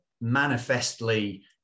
manifestly